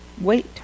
wait